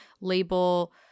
label